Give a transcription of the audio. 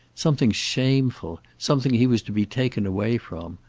something shameful, something he was to be taken away from.